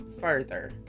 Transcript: further